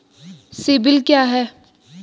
CIBIL क्या है?